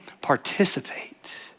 participate